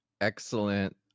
Excellent